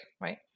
right